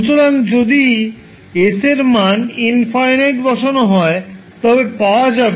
সুতরাং যদি s এর মান ∞ বসানো হয় তবে পাওয়া যাবে